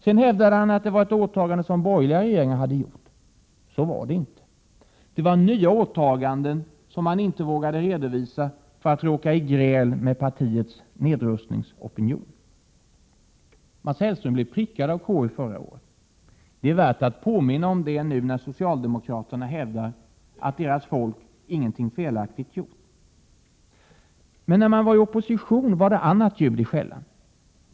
Sedan hävdade han att det var ett åtagande som borgerliga regeringar hade gjort. Så var det inte. Det var nya åtaganden, som man inte vågade redovisa därför att man riskerade att råka i gräl med partiets nedrustningsopinion. Mats Hellström blev prickad av KU förra året. Det är värt att påminna om det nu, när socialdemokraterna hävdar att deras folk ingenting felaktigt gjort. Men när man var i opposition var det annat ljud i skällan.